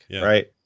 Right